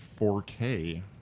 4K